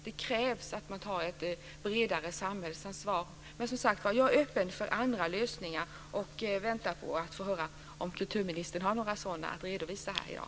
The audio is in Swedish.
Det krävs att man tar ett bredare samhällsansvar. Men, som sagt var, jag är öppen för andra lösningar och väntar på att få höra om kulturministern har några sådana att redovisa här i dag.